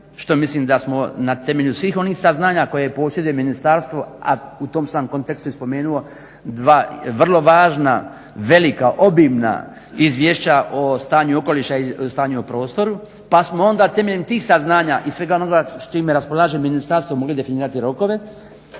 što mislim da smo na temelju svih onih saznanja koje posjeduje Ministarstvo, a u tom sam kontekstu i spomenuo dva vrlo važna velika, obimna izvješća o stanju okoliša i stanju u prostoru pa smo onda temeljem tih saznanja i svega onoga s čime raspolaže Ministarstvo mogli definirati rokove,